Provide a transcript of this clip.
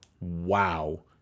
wow